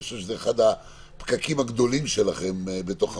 אני חושב שזה אחד הפקקים הגדולים שלכם בתוך המערכת.